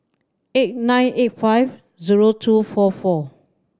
eight nine eight five zero two four four